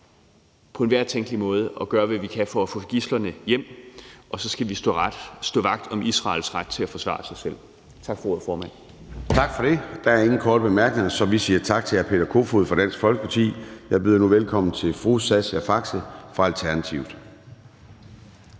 på enhver tænkelig måde sikre, at vi gør, hvad vi kan, for at få gidslerne hjem, og så skal vi stå vagt om Israels ret til at forsvare sig selv. Tak for ordet, formand. Kl. 00:50 Formanden (Søren Gade): Der er ingen korte bemærkninger, så vi siger tak til hr. Peter Kofod fra Dansk Folkeparti. Jeg byder nu velkommen til fru Sascha Faxe fra Alternativet.